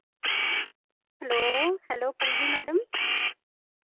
hello hello Pallavi madam